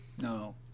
No